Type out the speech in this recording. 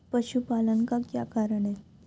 पशुपालन का क्या कारण है?